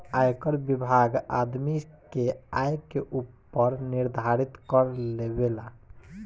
आयकर विभाग आदमी के आय के ऊपर निर्धारित कर लेबेला